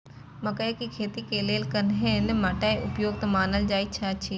मकैय के खेती के लेल केहन मैट उपयुक्त मानल जाति अछि?